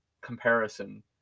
comparison